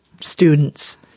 students